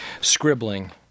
scribbling